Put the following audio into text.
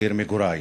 עיר מגורי.